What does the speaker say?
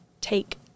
take